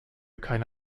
keine